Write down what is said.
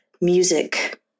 music